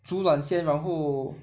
煮软先然后